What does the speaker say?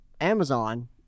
Amazon